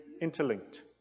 interlinked